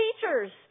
teachers